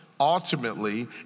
Ultimately